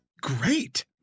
great